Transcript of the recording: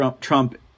Trump